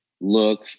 look